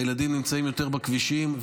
הילדים נמצאים יותר בכבישים,